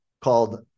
called